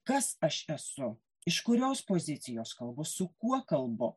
kas aš esu iš kurios pozicijos kalbu su kuo kalbu